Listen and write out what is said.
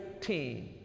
team